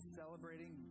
celebrating